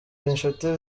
inshuti